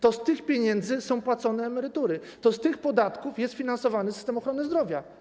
To z tych pieniędzy są płacone emerytury, to z tych podatków jest finansowany system ochrony zdrowia.